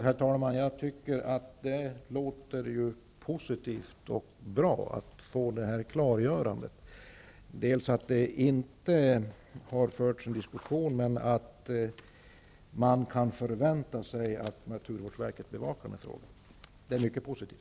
Herr talman! Det är positivt och bra att få det här klargörandet. Det har således inte förts en diskussion, men man kan förvänta sig att naturvårdsverket bevakar frågan. Det är mycket positivt.